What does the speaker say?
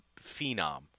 phenom